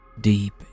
Deep